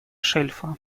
шельфа